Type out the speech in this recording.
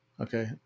Okay